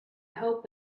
help